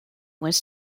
was